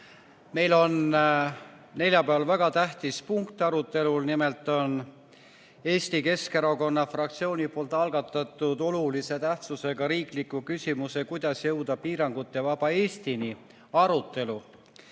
Meil on neljapäeval päevakorras väga tähtis punkt, nimelt Eesti Keskerakonna fraktsiooni algatatud olulise tähtsusega riikliku küsimuse "Kuidas jõuda piirangutevaba Eestini?" arutelu.